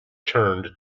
turned